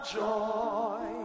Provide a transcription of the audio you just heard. joy